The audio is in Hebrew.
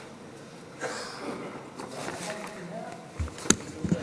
איתן כבל.